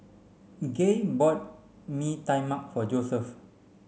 Gaye bought Mee Tai Mak for Joeseph